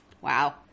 Wow